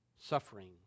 suffering